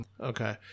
Okay